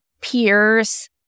peers